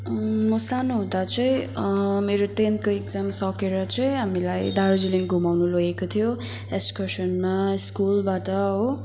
म सानो हुँदा चाहिँ मेरो टेनको इक्जाम सकेर चाहिँ हामीलाई दार्जिलिङ घुमाउनु लगेको थियो एक्सकर्सनमा स्कुलबाट हो